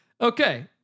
Okay